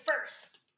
first